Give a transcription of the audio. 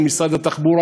של משרד התחבורה.